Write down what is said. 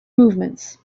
movements